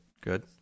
Good